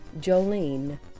Jolene